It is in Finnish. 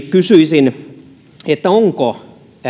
kysyisin onko